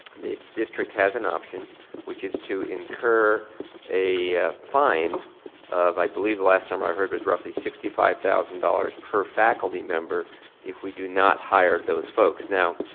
the district has an option which is to incur a fine of i believe the last time i heard was roughly sixty five thousand dollars per faculty member if we do not hire those folks. now